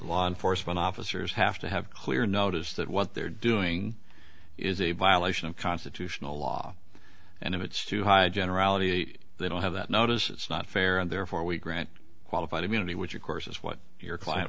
law enforcement officers have to have clear notice that what they're doing is a violation of constitutional law and if it's too high a generality eight they don't have that notice it's not fair and therefore we grant qualified immunity which of course is what your client